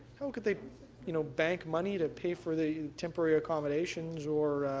how could they you know bank money to pay for the temporary accommodations or